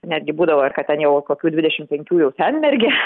netgi būdavo ir kad ten jau kokių dvidešim penkių jau senmergė